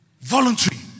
Voluntary